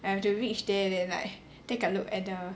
I have to reach there then like take a look at the